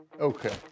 Okay